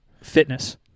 fitness